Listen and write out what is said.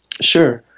Sure